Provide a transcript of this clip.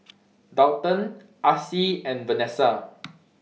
Daulton Acy and Vanesa